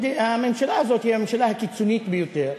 הממשלה הזאת היא הממשלה הקיצונית ביותר,